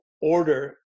order